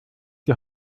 die